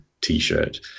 T-shirt